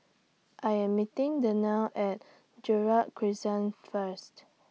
I Am meeting Dannielle At Gerald Crescent First